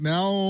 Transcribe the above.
Now